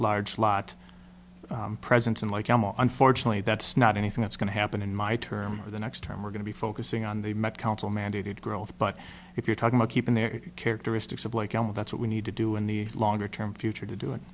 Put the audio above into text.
large lot presence and unfortunately that's not anything that's going to happen in my term for the next term we're going to be focusing on the met council mandated growth but if you're talking about keeping their characteristics of like that's what we need to do in the longer term future to do it